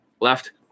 left